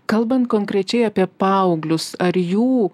kalbant konkrečiai apie paauglius ar jų